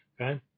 Okay